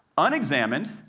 unexamined,